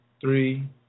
three